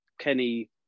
Kenny